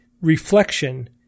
reflection